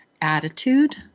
attitude